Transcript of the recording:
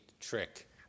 trick